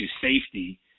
safety